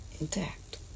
intact